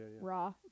Raw